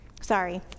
Sorry